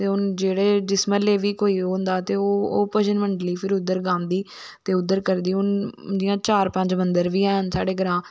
ते हून जेहडे़ जिस म्हले बी किश होंदा ते ओह् भजन मंडली फिर उद्धर गांदी ते उद्धर करदी हून जियां चार पंज मंदर बी हैन साढ़े ग्रां ते